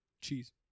Cheese